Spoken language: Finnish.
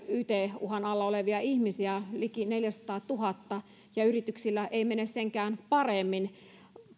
yt uhan alla olevia ihmisiä on jo liki neljäsataatuhatta ja yrityksillä ei mene senkään paremmin